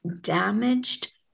damaged